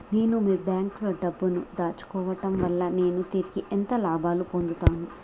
నేను మీ బ్యాంకులో డబ్బు ను దాచుకోవటం వల్ల నేను తిరిగి ఎంత లాభాలు పొందుతాను?